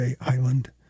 island